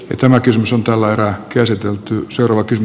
ei tämä kysymys on tällä erää käsiteltyyn uhrauksia